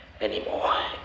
anymore